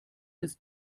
ist